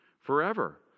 forever